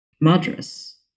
Madras